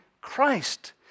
Christ